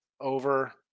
over